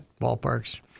ballpark's